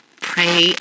pray